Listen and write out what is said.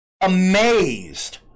amazed